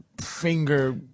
finger